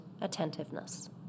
attentiveness